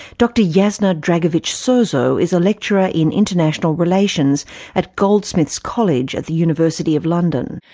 dr jasna dragovic-soso is a lecturer in international relations at goldsmiths college at the university of london.